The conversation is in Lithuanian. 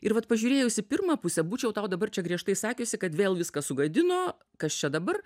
ir vat pažiūrėjusi pirmą pusę būčiau tau dabar čia griežtai sakiusi kad vėl viską sugadino kas čia dabar